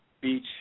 beach